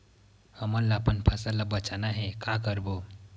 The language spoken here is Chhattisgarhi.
हमन ला अपन फसल ला बचाना हे का करबो?